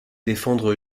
défendre